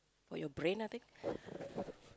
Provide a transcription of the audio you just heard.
for your brain I think